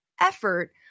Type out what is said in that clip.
effort